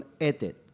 edit